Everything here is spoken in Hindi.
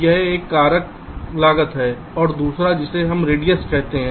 यह एक कारक लागत है और दूसरा जिसे हम रेडियस कहते हैं